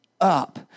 up